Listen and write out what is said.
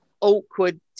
awkward